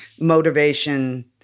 motivation